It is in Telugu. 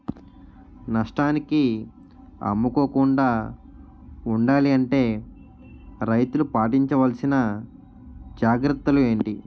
నష్టానికి అమ్ముకోకుండా ఉండాలి అంటే రైతులు పాటించవలిసిన జాగ్రత్తలు ఏంటి